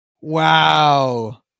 Wow